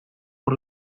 por